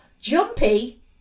jumpy